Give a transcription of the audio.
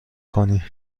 کنی